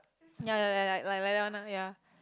ya like like like like that one lah ya